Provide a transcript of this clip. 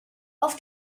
auf